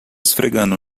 esfregando